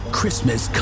Christmas